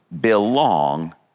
belong